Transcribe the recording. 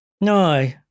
No